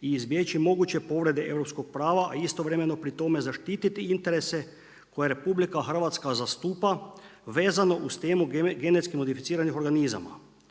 i izbjeći moguće povrede europskog prava a istovremeno pri tome zaštititi interese koje RH zastupa vezano uz temu GMO-a. Navedeno se ne odnosi